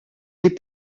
les